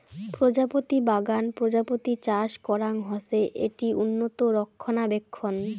প্রজাপতি বাগান প্রজাপতি চাষ করাং হসে, এটি উন্নত রক্ষণাবেক্ষণ